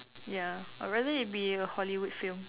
ya I rather it be a Hollywood film